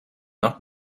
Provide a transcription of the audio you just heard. not